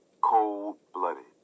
Cold-blooded